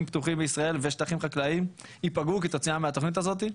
פתוחים בישראל ושטחים חקלאיים ייפגעו כתוצאה מהתוכנית הזאת.